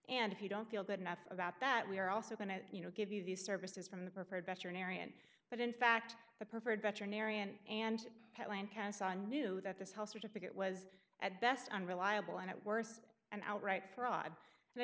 and if you don't feel good enough about that we are also going to you know give you these services from the preferred veterinarian but in fact the preferred veterinarian and knew that this whole certificate was at best unreliable and at worst an outright fraud and